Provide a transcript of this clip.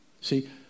See